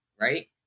right